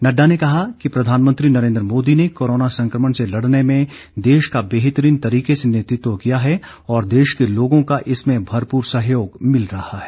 नडडा ने कहा कि प्रधानमंत्री नरेन्द्र मोदी ने कोरोना संकमण से लड़ने में देश का बेहतरीन तरीके से नेतृत्व किया है और देश के लोगों का इसमें भरपूर सहयोग मिल रहा है